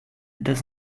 does